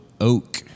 oak